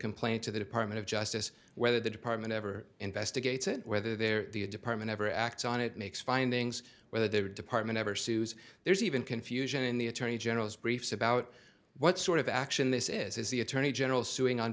complaint to the department of justice whether the department ever investigates it whether there be a department ever acts on it makes findings whether their department ever sues there's even confusion in the attorney general's briefs about what sort of action this is the attorney general suing on